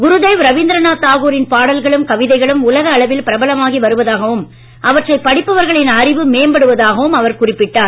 குருதேவ ரவீந்திரநாத் தாகூரின் பாடல்களும் கவிதைகளும் உலக அளவில் பிரபலமாகி வருவதாகவும் அவற்றை படிப்பவர்களின் அறிவு மேம்படுவதாகவும் குறிப்பிட்டார்